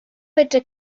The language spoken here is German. bitte